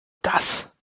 das